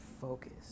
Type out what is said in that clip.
focus